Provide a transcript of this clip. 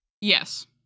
Yes